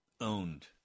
owned